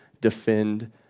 defend